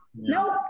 Nope